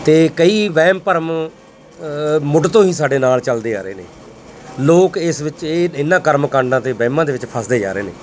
ਅਤੇ ਕਈ ਵਹਿਮ ਭਰਮ ਮੁੱਢ ਤੋਂ ਹੀ ਸਾਡੇ ਨਾਲ ਚੱਲਦੇ ਆ ਰਹੇ ਨੇ ਲੋਕ ਇਸ ਵਿੱਚ ਇਹ ਇਹਨਾਂ ਕਰਮ ਕਾਂਡਾਂ ਅਤੇ ਵਹਿਮਾਂ ਦੇ ਵਿੱਚ ਫਸਦੇ ਜਾ ਰਹੇ ਨੇ